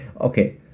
Okay